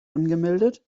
angemeldet